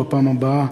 בפעם הבאה,